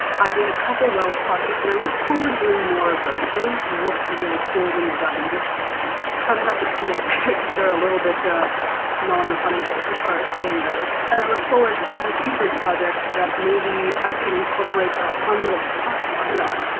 i did a couple welt pockets and i look forward to doing more of those. those look really cool when you're done. you just kind of have to commit because they're a little bit non-refundable as far as sewing goes, and i look forward to future projects that maybe i could incorporate a fun little patch pocket on.